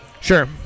Sure